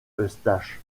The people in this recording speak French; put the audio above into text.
eustache